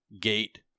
gate